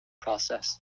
process